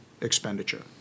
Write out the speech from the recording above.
expenditure